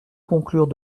conclure